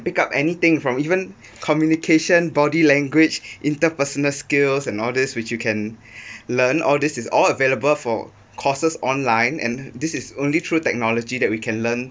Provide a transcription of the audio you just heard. pick up anything from even communication body language interpersonal skills and all these which you can learn all this is all available for courses online and this is only through technology that we can learn